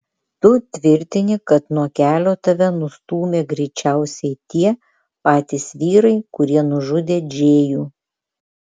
tu tvirtini kad nuo kelio tave nustūmė greičiausiai tie patys vyrai kurie nužudė džėjų